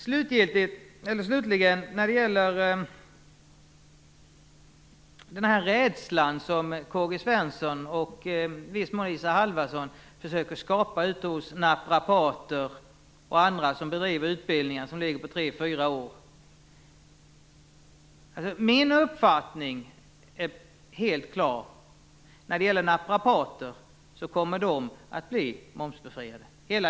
Slutligen till den rädsla som K-G Svenson och i viss mån Isa Halvarsson försöker att skapa ute hos naprapater och andra som bedriver utbildningar som är 3, 4 år. Min uppfattning är helt klar. Hela utbildningen för naprapater kommer att bli momsbefriad.